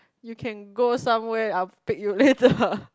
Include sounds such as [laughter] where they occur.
you can go somewhere I'll pick you later [laughs]